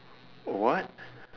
what